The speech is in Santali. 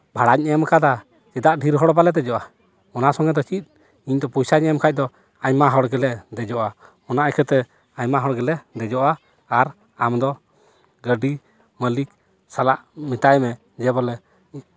ᱵᱷᱟᱲᱟᱧ ᱮᱢ ᱠᱟᱫᱟ ᱪᱮᱫᱟᱜ ᱰᱷᱮᱨ ᱦᱚᱲ ᱵᱟᱞᱮ ᱫᱮᱡᱚᱜᱼᱟ ᱚᱱᱟ ᱥᱚᱝᱜᱮ ᱫᱚ ᱪᱮᱫ ᱤᱧ ᱫᱚ ᱯᱚᱭᱥᱟᱧ ᱮᱢ ᱠᱷᱟᱡ ᱫᱚ ᱟᱭᱢᱟ ᱦᱚᱲ ᱜᱮᱞᱮ ᱫᱮᱡᱚᱜᱼᱟ ᱚᱱᱟ ᱤᱭᱠᱷᱟᱹᱛᱮ ᱟᱭᱢᱟ ᱦᱚᱲ ᱜᱮᱞᱮ ᱫᱮᱡᱚᱜᱼᱟ ᱟᱨ ᱟᱢ ᱫᱚ ᱜᱟᱹᱰᱤ ᱢᱟᱹᱞᱤᱠ ᱥᱟᱞᱟᱜ ᱢᱮᱛᱟᱭ ᱢᱮ ᱡᱮ ᱵᱚᱞᱮ